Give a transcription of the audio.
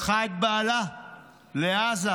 בעלי לעזה